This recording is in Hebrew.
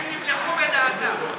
הם נמלכו בדעתם.